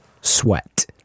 Sweat